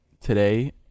today